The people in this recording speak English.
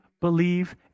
believe